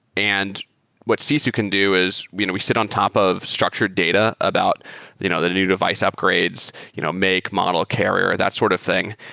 and what sisu can do is you know we sit on top of structured data about you know the new device upgrades, you know make model carrier, that sort of thing.